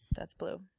that's blue.